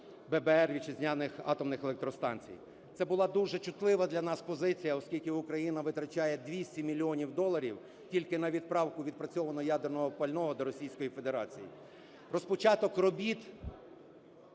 ББР вітчизняних атомних електростанцій. Це була дуже чутлива для нас позиція, оскільки Україна витрачає 200 мільйонів доларів тільки на відправку відпрацьованого ядерного пального до Російської Федерації. Розпочаток робіт